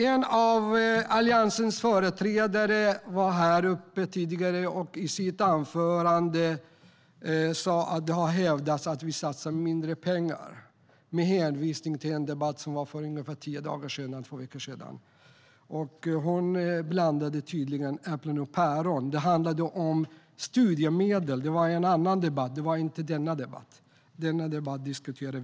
En av Alliansens företrädare var uppe i talarstolen tidigare och sa i sitt anförande att det har hävdats att de satsar mindre pengar. Hon hänvisade till en debatt som hölls för ungefär tio dagar eller två veckor sedan. Hon blandade tydligen ihop äpplen med päron. Då handlade debatten om studiemedel. Det var en annan debatt, inte den här debatten.